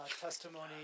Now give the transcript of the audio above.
testimony